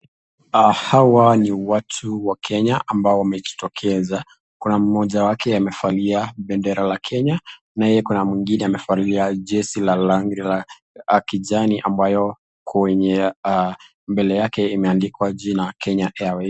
Hawa ni watu wa Kenya ambao wamejitokeza kuna moja wake amevalia bendera la Kenya. Naye kuna mwingine amevalia jezi la rangi la kijani ambayo kwenye mbele yake imeandikwa jina Kenya Airways.